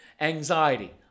anxiety